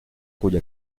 cuya